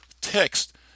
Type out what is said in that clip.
text